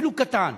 אפילו קטן.